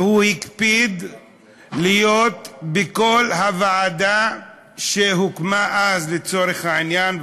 והוא הקפיד להיות בכל ישיבות הוועדה שהוקמה אז לצורך העניין,